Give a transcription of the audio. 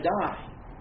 die